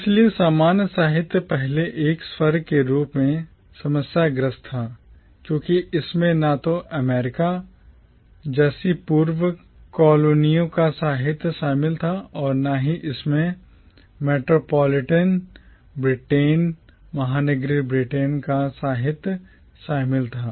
इसलिए सामान्य साहित्य पहले एक वर्ग के रूप में समस्याग्रस्त था क्योंकि इसमें न तो America अमेरिका जैसी पूर्व कालोनियों का साहित्य शामिल था और न ही इसमें metropolitan Britain महानगरीय ब्रिटेन का साहित्य शामिल था